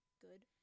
good